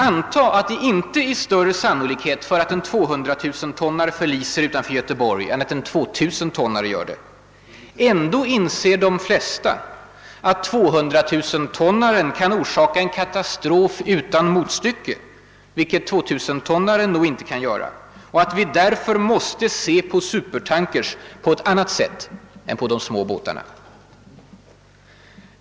Antag att det inte är större sannolikhet för att en 200 000-tonnare förliser utanför Göteborg än att en 2 000-tonnare gör det! Ändå inser de flesta att 200 000 tonnaren kan orsaka en katastrof utan motstycke — vilket 2 000-tonnaren nog inte kan göra — och att vi därför måste se på supertankers på ett annat sätt än på de små båtarna.